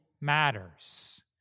matters